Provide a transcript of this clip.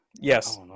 Yes